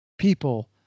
people